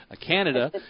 Canada